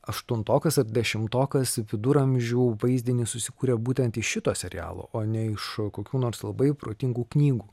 aštuntokas ar dešimtokas viduramžių vaizdinį susikuria būtent iš šito serialo o ne iš kokių nors labai protingų knygų